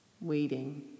waiting